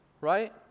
right